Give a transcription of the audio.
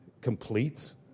completes